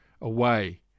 away